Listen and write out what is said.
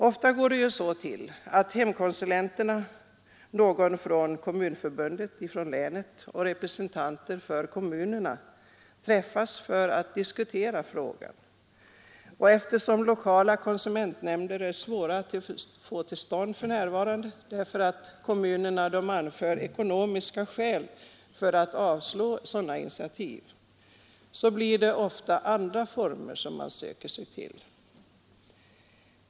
Ofta går det så till att hemkonsulenterna, någon från Kommunförbundet, någon från länet och representanter för kommunerna träffas för att diskutera frågan. Eftersom lokala konsumentnämnder är svåra att få till stånd för närvarande — kommunerna anför ekonomiska skäl för att avslå sådana initiativ — blir det ofta andra former man söker sig till.